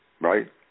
Right